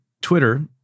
Twitter